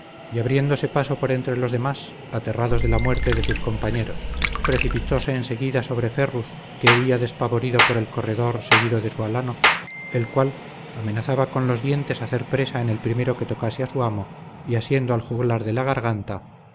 y abrióse paso por entre los demás aterrados de la muerte de sus compañeros precipitóse en seguida sobre ferrus que huía despavorido por el corredor seguido de su alano el cual amenazaba con los dientes hacer presa en el primero que tocase a su amo y asiendo al juglar de la garganta